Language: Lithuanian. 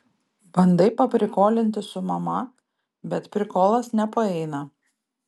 bandai paprikolinti su mama bet prikolas nepaeina